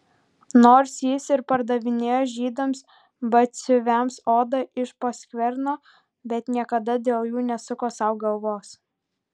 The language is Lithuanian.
nors jis ir pardavinėjo žydams batsiuviams odą iš po skverno bet niekada dėl jų nesuko sau galvos